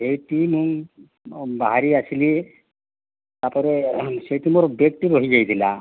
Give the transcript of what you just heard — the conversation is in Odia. ସେଇଠି ମୁଁ ବାହାରି ଆସିଲି ତା'ପରେ ସେଇଠି ମୋର ବେଗ୍ଟି ରହିଯାଇଥିଲା